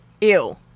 Ew